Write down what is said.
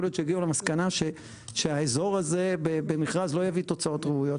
יכול להיות שיגיעו למסקנה שהאזור הזה במכרז לא יביא תוצאות ראויות,